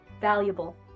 valuable